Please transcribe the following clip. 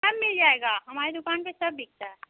सब मिल जाएगा हमारी दुक़ान पर सब बिकता है